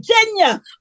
Virginia